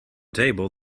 table